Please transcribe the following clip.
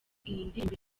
ndirimbo